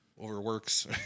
overworks